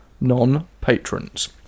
non-patrons